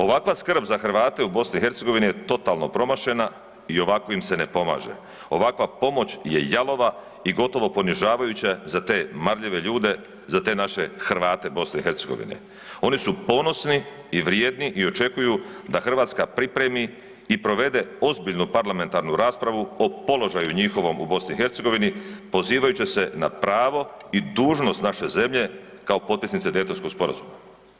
Ovakva skrb za Hrvate u BiH je totalno promašena i ovako im se ne pomaže, ovakva pomoć je jalova i gotovo ponižavajuće za te marljive ljude, za te naše Hrvate BiH. oni su ponosni i vrijedni i očekuju da Hrvatska pripremi i provede ozbiljnu parlamentarnu raspravu o položaju njihovom u BiH pozivajući se na pravo i dužnost naše zemlje kao potpisnice Daytonskog sporazuma.